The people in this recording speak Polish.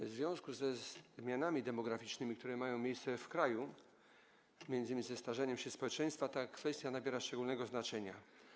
W związku ze zmianami demograficznymi, które mają miejsce w kraju, m.in. ze starzeniem się społeczeństwa, ta kwestia nabiera szczególnego znaczenia.